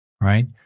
right